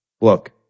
look